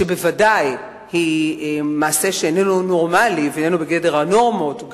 שבוודאי היא מעשה שאיננו נורמלי ואיננו בגדר הנורמות,